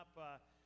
up